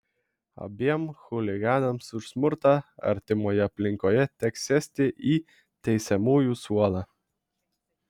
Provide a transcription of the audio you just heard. abiem chuliganams už smurtą artimoje aplinkoje teks sėsti į teisiamųjų suolą